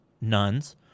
nuns